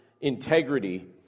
integrity